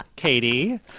Katie